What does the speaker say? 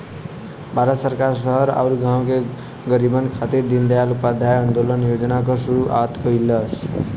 भारत सरकार शहर आउर गाँव के गरीबन खातिर दीनदयाल उपाध्याय अंत्योदय योजना क शुरूआत कइलस